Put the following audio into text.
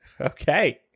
Okay